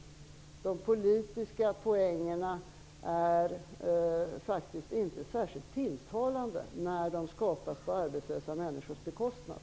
De politiska poängen är faktiskt inte särskilt tilltalande när de vinns på arbetslösa människors bekostnad.